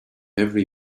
every